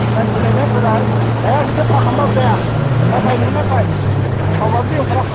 नायफैलाय नायफैलाय एखदम फाखामबाबो जाया नायफाय नों नायफाय हायब्लाबो दैयाव ओंखारा